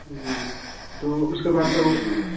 जी तो उसके बाद तो